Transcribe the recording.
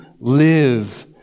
live